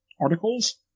articles